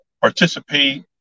participate